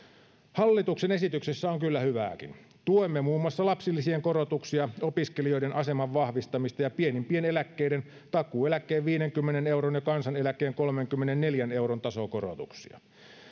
hallituksen esityksessä on kyllä hyvääkin tuemme muun muassa lapsilisien korotuksia opiskelijoiden aseman vahvistamista ja pienimpien eläkkeiden takuueläkkeen viidenkymmenen euron ja kansaneläkkeen kolmenkymmenenneljän euron tasokorotuksia